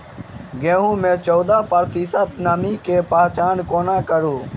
गेंहूँ मे चौदह प्रतिशत नमी केँ पहचान कोना करू?